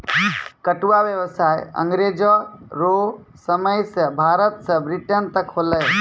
पटुआ व्यसाय अँग्रेजो रो समय से भारत से ब्रिटेन तक होलै